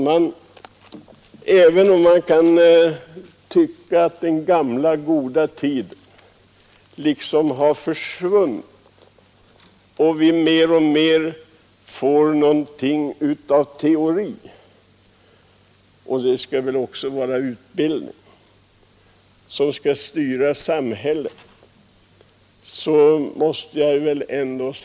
Man kan tycka att den gamla, goda tiden försvunnit och att vi har fått mer och mer av teori — och det skall väl också föreställa utbildning — när det gäller att styra samhället.